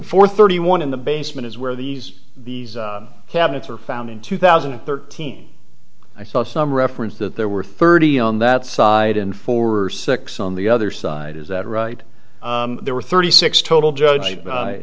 for thirty one in the basement is where these these cabinets were found in two thousand and thirteen i saw some reference that there were thirty on that side and four were six on the other side is that right there were thirty six total judge